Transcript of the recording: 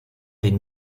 den